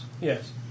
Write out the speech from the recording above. Yes